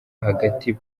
hagati